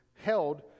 held